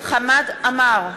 חמד עמאר,